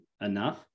enough